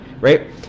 right